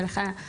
ולך,